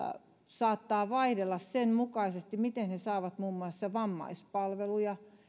saattaa vaihdella sen mukaisesti miten he saavat muun muassa vammaispalveluja